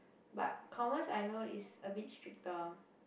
but Commas I know is a bit stricter